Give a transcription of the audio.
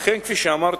לכן, כפי שאמרתי,